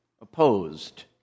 opposed